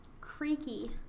Creaky